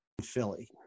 Philly